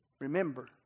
Remember